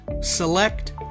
select